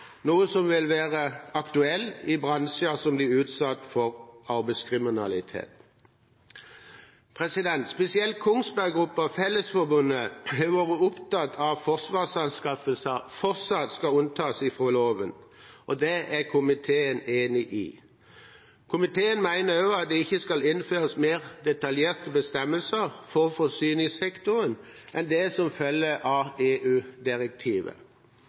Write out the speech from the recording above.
noe som vil være aktuelt i bransjer som blir utsatt for arbeidskriminalitet. Spesielt Kongsberg Gruppen og Fellesforbundet har vært opptatt av at Forsvarets anskaffelser fortsatt skal unntas fra loven, og det er komiteen enig i. Komiteen mener også at det ikke skal innføres mer detaljerte bestemmelser for forsyningssektorene enn det som følger av